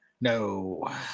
No